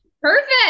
perfect